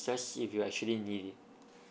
if you actually need it